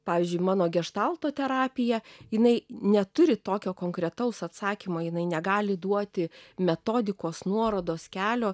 pavyzdžiui mano geštalto terapija jinai neturi tokio konkretaus atsakymo jinai negali duoti metodikos nuorodos kelio